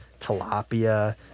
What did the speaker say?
tilapia